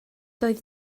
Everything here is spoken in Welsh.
doedd